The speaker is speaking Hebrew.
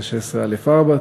(16)(א)(4),